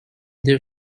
their